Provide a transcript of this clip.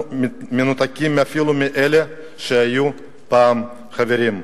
אנחנו מנותקים אפילו מאלו שהיו פעם חברים.